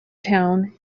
town